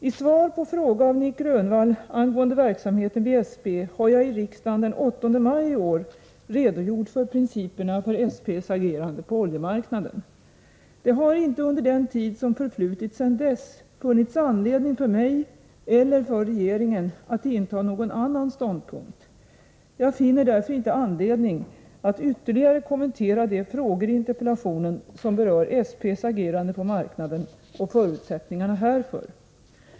I svar på fråga av Nic Grönvall angående verksamheten vid SP har jag i riksdagen den 8 maj i år redogjort för principerna för SP:s agerande på oljemarknaden. Det har inte under den tid som förflutit sedan dess funnits anledning för mig eller för regeringen att inta någon annan ståndpunkt. Jag finner därför inte anledning att ytterligare kommentera de frågor i interpellationen som berör SP:s agerande på marknaden och förutsättningarna härför.